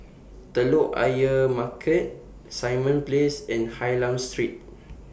Telok Ayer Market Simon Place and Hylam Street